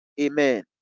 amen